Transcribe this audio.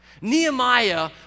Nehemiah